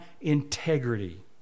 integrity